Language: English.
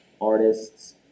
artists